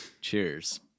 Cheers